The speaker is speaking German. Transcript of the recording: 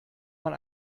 man